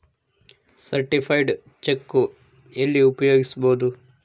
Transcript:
Certified cheque ಎಲ್ಲಿ ಉಪಯೋಗಿಸ್ಬೋದು?